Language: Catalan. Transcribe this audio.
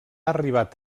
arribat